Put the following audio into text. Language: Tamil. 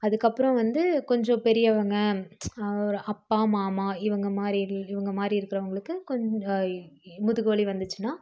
அதுக்கப்புறோம் வந்து கொஞ்சம் பெரியவங்க ஒரு அப்பா மாமா இவங்கமாரி இவங்கமாரி இருக்கிறவங்களுக்கு கொஞ் முதுகு வலி வந்துச்சுனா